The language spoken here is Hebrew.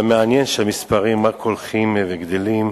אבל מעניין שהמספרים רק הולכים וגדלים,